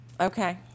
Okay